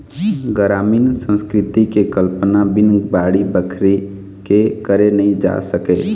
गरामीन संस्कृति के कल्पना बिन बाड़ी बखरी के करे नइ जा सके